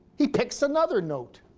he picks another note,